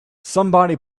somebody